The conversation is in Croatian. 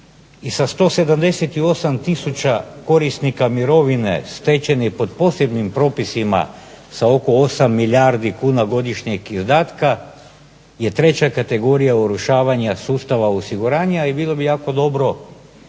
i sa 178000 korisnika mirovine stečene pod posebnim propisima sa oko 8 milijardi kuna godišnjeg dodatka je treća kategorija urušavanja sustava osiguranja i bilo bi jako dobro da